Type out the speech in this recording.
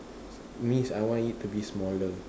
means I want it to be smaller